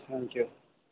thank you